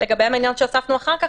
לגבי המדינות שהוספנו אחר כך,